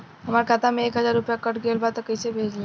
हमार खाता से एक हजार रुपया कट गेल बा त कइसे भेल बा?